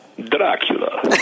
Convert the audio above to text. dracula